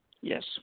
Yes